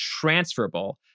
transferable